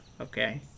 okay